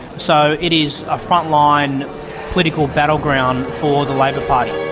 so it is a frontline political battleground for the labor party.